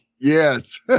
Yes